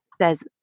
says